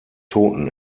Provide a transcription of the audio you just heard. toten